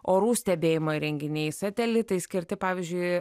orų stebėjimo įrenginiai satelitai skirti pavyzdžiui